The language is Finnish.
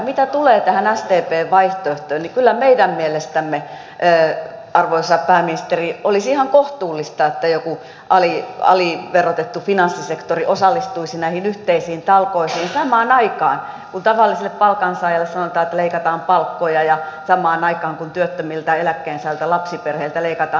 mitä tulee tähän sdpn vaihtoehtoon niin kyllä meidän mielestämme arvoisa pääministeri olisi ihan kohtuullista että joku aliverotettu finanssisektori osallistuisi näihin yhteisiin talkoisiin samaan aikaan kun tavalliselle palkansaajalle sanotaan että leikataan palkkoja ja samaan aikaan kun työttömiltä eläkkeensaajilta lapsiperheiltä leikataan